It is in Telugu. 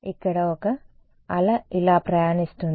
ఇక్కడ ఒక అల ఇలా ప్రయాణిస్తోంది